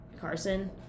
Carson